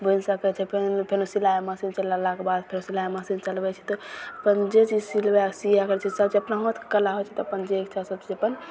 बुनि सकय छै फेन फेनो सिलाइ मशीन चलेलाके बाद फेन सिलाइ मशीन चलबय छी तऽ अपन जे चीज सिलबय सियै होइ छै सभचीज अपना हाथके कला होइ छै तऽ अपन जे इच्छा सभचीज अपन